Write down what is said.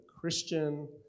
Christian